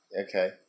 okay